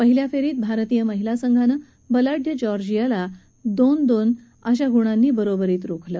पहिल्या फेरीत भारतीय महिला संघानं बलाढ्य जॉर्जियाला दोन दोन अशा गुणांनी बरोबरीत रोखलं